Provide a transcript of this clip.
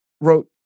wrote